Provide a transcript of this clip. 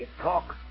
Talk